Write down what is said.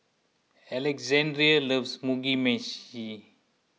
Alexandre loves Mugi Meshi